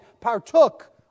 partook